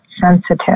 sensitive